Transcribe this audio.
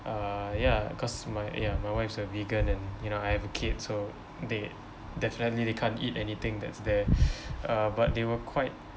uh ya cause my ya my wife's a vegan and you know I have a kid so they definitely they can't eat anything that's there uh but they were quite